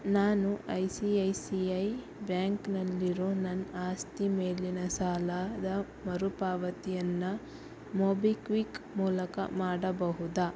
ನಾನು I C I C I ಬ್ಯಾಂಕ್ನಲ್ಲಿರೊ ನನ್ನ ಆಸ್ತಿ ಮೇಲಿನ ಸಾಲದ ಮರುಪಾವತಿಯನ್ನ ಮೊಬಿಕ್ವಿಕ್ ಮೂಲಕ ಮಾಡಬಹುದ